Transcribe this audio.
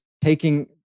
taking